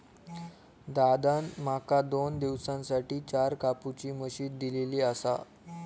दादान माका दोन दिवसांसाठी चार कापुची मशीन दिलली आसा